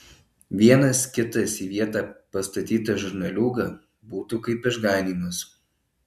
vienas kitas į vietą pastatytas žurnaliūga būtų kaip išganymas